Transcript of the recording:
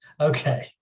okay